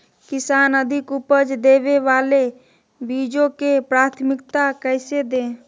किसान अधिक उपज देवे वाले बीजों के प्राथमिकता कैसे दे?